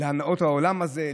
להנאות העולם הזה,